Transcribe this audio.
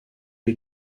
des